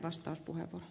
arvoisa puhemies